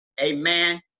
amen